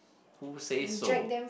who says so